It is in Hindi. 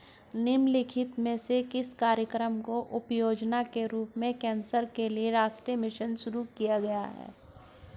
निम्नलिखित में से किस कार्यक्रम को उपयोजना के रूप में कैंसर के लिए राष्ट्रीय मिशन शुरू किया गया है?